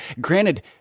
Granted